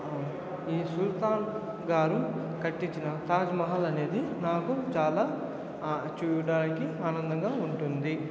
ఈ సుల్తాన్ గారు కట్టించిన తాజ్మహల్ అనేది నాకు చాలా చూడడానికి ఆనందంగా ఉంటుంది